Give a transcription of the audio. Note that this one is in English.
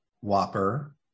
Whopper